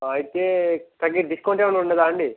అయితే తగ్గి డిస్కౌంట్ ఏమైనా ఉండదా అండి